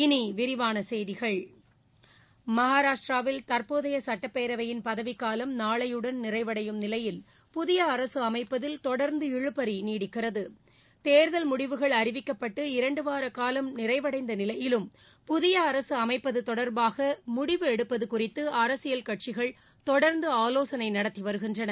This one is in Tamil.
இனி விரிவான செய்திகள் மகாராஷ்டிராவில் தற்போதைய சுட்டப்பேரவையின் பதவிக்காலம் நாளையுடன் நிறைவடையும் நிலையில் புதிய அரசு அமைப்பதில் தொடர்ந்து இழுபறி நீடிக்கிறது தேர்தல் முடிவுகள் அறிவிக்கப்பட்டு இரண்டுவார காலம் நிறைவடைந்த நிலையிலும் புதிய அரசு அமைப்பது தொடர்பாக முடிவு எடுப்பது குறித்து அரசியல் கட்சிகள் தொடர்ந்து ஆலோசனை நடத்தி வருகின்றன